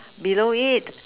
below it